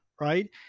right